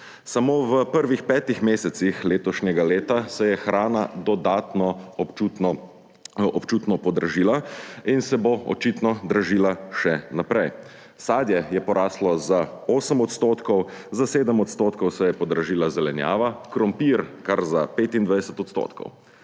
Samo v prvih petih mesecih letošnjega leta se je hrana dodatno občutno podražila in se bo očitno dražila še naprej. Sadje je poraslo za 8 %, za 7 % se je podražila zelenjava, krompir kar za 25 %.